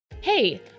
Hey